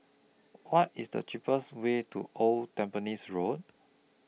What IS The cheapest Way to Old Tampines Road